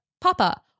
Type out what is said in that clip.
papa